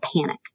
panic